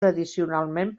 tradicionalment